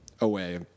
Away